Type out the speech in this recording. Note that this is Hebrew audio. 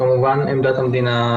כמובן עמדת המדינה,